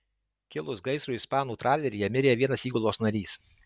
kilus gaisrui ispanų traleryje mirė vienas įgulos narys